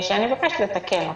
מאוד, ואני מבקשת לתקן אותה.